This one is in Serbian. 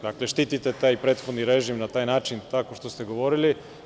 Dakle, štitite taj prethodni režim na taj način tako što ste govorili.